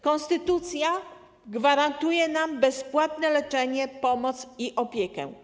Konstytucja gwarantuje nam bezpłatne leczenie, pomoc i opiekę.